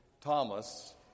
Thomas